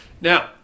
now